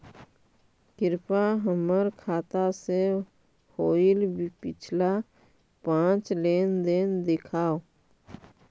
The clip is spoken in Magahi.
कृपा हमर खाता से होईल पिछला पाँच लेनदेन दिखाव